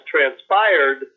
transpired